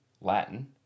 Latin